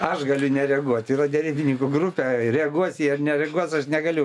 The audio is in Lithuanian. aš galiu nereaguot yra derybininkų grupė reaguos jie ar nereaguos aš negaliu